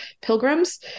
pilgrims